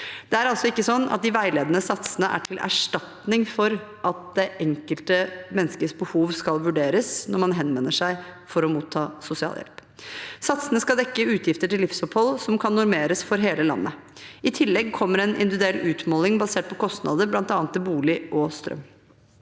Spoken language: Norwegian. Det er altså ikke sånn at de veiledende satsene er til erstatning for at det enkelte menneskes behov skal vurderes, når man henvender seg for å motta sosialhjelp. Satsene skal dekke utgifter til livsopphold som kan normeres for hele landet. I tillegg kommer en individuell utmåling basert på kostnader, bl.a. til bolig og strøm.